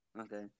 Okay